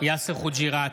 יאסר חוג'יראת,